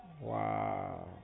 Wow